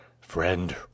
friend